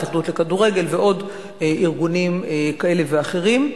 ההתאחדות לכדורגל ועוד ארגונים כאלה ואחרים.